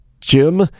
Jim